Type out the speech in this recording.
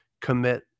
commit